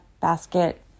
basket